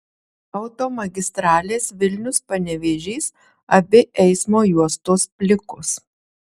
automagistralės vilnius panevėžys abi eismo juostos plikos